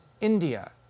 India